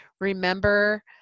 Remember